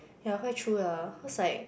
yeah quite true lah cause like